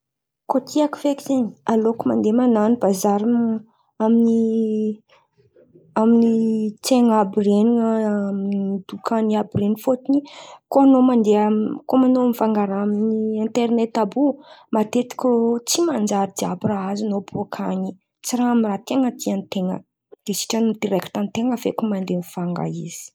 Kô tiako feky zen̈y. Aleoko mandeha man̈ano bazary, amin'ny amin'ny tsena àby iren̈y amin'ny dokany àby iren̈y. Fôtony, mandeha koa an̈ao mivanga raha amin'internety àby io matetiky irô tsy manjary jiàby raha azon̈ao bôka an̈y. Tsy raha amy raha ten̈a tian-ten̈a.